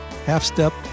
Half-step